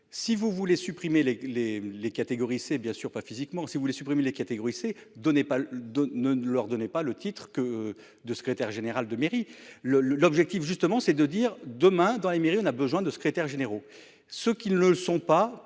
Si vous voulez supprimer les les les catégories c'est bien sûr pas physiquement, si vous voulez supprimer les catégories C donnait pas de ne ne leur donnait pas le titre que de secrétaire général de mairie le le l'objectif justement c'est de dire demain dans les mairies, on a besoin de secrétaires généraux, ce qui ne le sont pas,